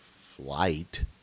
flight